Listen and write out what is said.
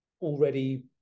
already